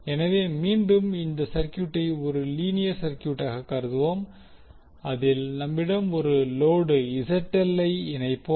எனவே மீண்டும் இந்த சர்கியூட்டை ஒரு லீனியர் சர்கியூட்டாக கருதுவோம் அதில் நம்மிடம் ஒரு லோடு ZL ஐ இணைப்போம்